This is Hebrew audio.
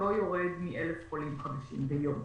לא יורד מ-1,000 חולים חדשים ביום.